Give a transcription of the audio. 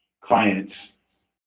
clients